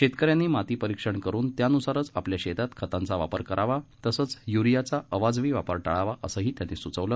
शेतकऱ्यांनी माती परीक्षण करून त्यान्सारच आपल्या शेतात खतांचा वापर करावा तसंच य्रियाचा अवाजवी वापर टाळावा असंही त्यांनी सूचवलं